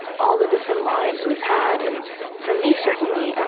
all the different lives we've had. and for me, certainly,